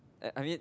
at I mean